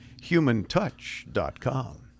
humantouch.com